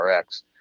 RX